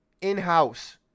in-house